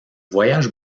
voyage